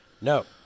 No